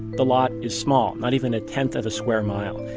the lot is small not even a tenth of a square mile.